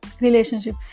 relationship